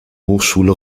hochschule